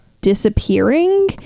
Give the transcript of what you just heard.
disappearing